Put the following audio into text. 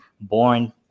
born